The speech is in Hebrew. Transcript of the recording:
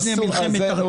הוא הזהיר מפני מלחמת אחים.